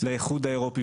לאיחוד האירופי.